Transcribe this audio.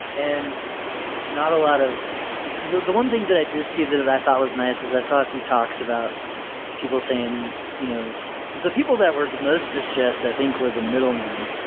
and not a lot of the the one thing that i did see that i thought was nice is i saw a few talks about people saying you know the people that were the most distressed, i think, were the middlemen,